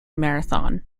marathon